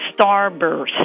starburst